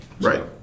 Right